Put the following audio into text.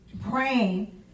praying